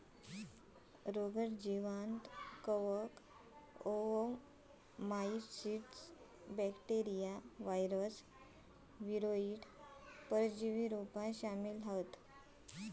रोगट जीवांत कवक, ओओमाइसीट्स, बॅक्टेरिया, वायरस, वीरोइड, परजीवी रोपा शामिल हत